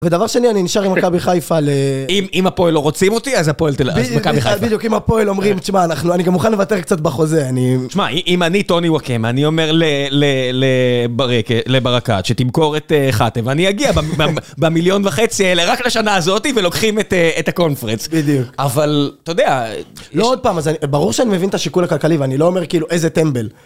ודבר שני, אני נשאר עם מכבי חיפה ל... אם הפועל לא רוצים אותי, אז מכבי חיפה. בדיוק, אם הפועל אומרים, תשמע, אני גם מוכן לוותר קצת בחוזה, אני... תשמע, אם אני טוני ווקאמה, אני אומר לברקת, שתמכור את חטה, ואני אגיע במיליון וחצי האלה, רק לשנה הזאתי, ולוקחים את הקונפרנס. בדיוק. אבל, אתה יודע... לא עוד פעם, ברור שאני מבין את השיקול הכלכלי, ואני לא אומר כאילו איזה טמבל.